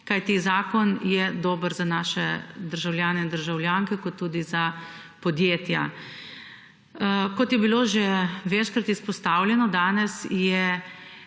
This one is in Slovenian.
kajti zakon je dober za naše državljane in državljanke ter tudi za podjetja. Kot je bilo danes že večkrat izpostavljeno, je